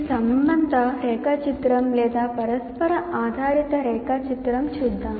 ఈ సంబంధ రేఖాచిత్రం లేదా పరస్పర ఆధారిత రేఖాచిత్రం చూద్దాం